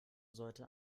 sollte